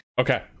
okay